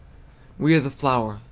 we are the flower,